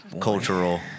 cultural